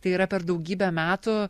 tai yra per daugybę metų